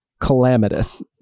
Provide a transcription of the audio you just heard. calamitous